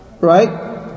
Right